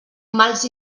mals